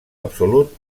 absolut